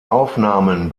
aufnahmen